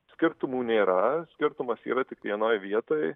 skirtumų nėra skirtumas yra tik vienoj vietoj